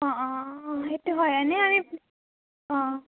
অঁ অঁ অঁ সেইটো হয় এনেই আমি অঁ